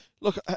Look